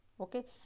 Okay